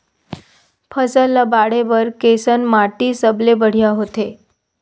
फसल ला बाढ़े बर कैसन माटी सबले बढ़िया होथे?